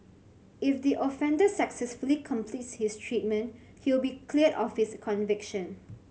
if the offender successfully completes his treatment he will be cleared of his conviction